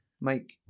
Mike